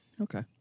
Okay